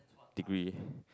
degree